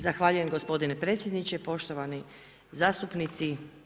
Zahvaljujem gospodine predsjedniče, poštovani zastupnici.